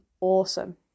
awesome